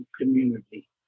community